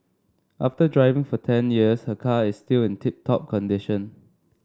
after driving for ten years her car is still in tip top condition